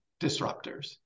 disruptors